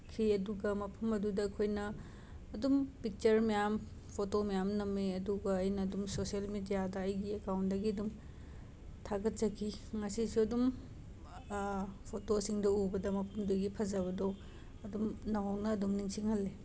ꯈꯤ ꯑꯗꯨꯒ ꯃꯐꯝ ꯑꯗꯨꯗ ꯑꯩꯈꯣꯏꯅ ꯑꯗꯨꯝ ꯄꯤꯛꯆꯔ ꯃꯌꯥꯝ ꯐꯣꯇꯣ ꯃꯌꯥꯝ ꯅꯝꯃꯦ ꯑꯗꯨꯒ ꯑꯩꯅ ꯑꯗꯨꯝ ꯁꯣꯁꯦꯜ ꯃꯦꯗ꯭ꯌꯥꯗ ꯑꯩꯒꯤ ꯑꯦꯀꯥꯎꯟꯗꯒꯤ ꯑꯗꯨꯝ ꯍꯥꯒꯠꯆꯈꯤ ꯉꯁꯤꯁꯨ ꯑꯗꯨꯝ ꯐꯣꯇꯣꯁꯤꯡꯗꯣ ꯎꯕꯗ ꯃꯐꯝꯗꯨꯒꯤ ꯐꯖꯕꯗꯣ ꯑꯗꯨꯝ ꯅꯧꯍꯧꯅ ꯑꯗꯨꯝ ꯅꯤꯡꯁꯤꯡꯍꯜꯂꯤ